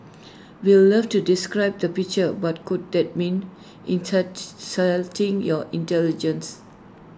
we'll love to describe the picture but could that mean your intelligence